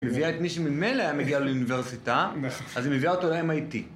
מביאה את מי שממילא היה מגיע לאוניברסיטה, אז היא מביאה אותו ל-MIT.